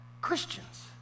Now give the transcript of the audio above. Christians